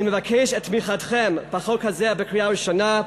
אני מבקש את תמיכתכם בחוק הזה בקריאה ראשונה,